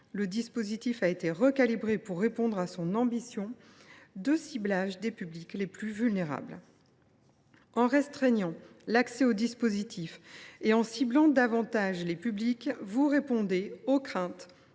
le dispositif a été recalibré pour répondre à son ambition de ciblage des publics les plus vulnérables. En restreignant l’accès au dispositif et en ciblant davantage les publics, vous répondez aux craintes